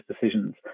decisions